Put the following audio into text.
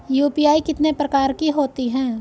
UPI कितने प्रकार की होती हैं?